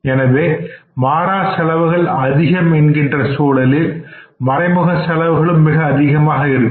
எனவே மாறா செலவுகள் அதிகம் என்கின்ற சூழலில் மறைமுகசெலவுகளும் மிக அதிகமாக இருக்கும்